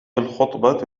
الخطبة